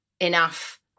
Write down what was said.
enough